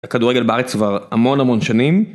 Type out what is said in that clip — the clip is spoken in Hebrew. הכדורגל בארץ כבר המון המון שנים.